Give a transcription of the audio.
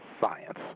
science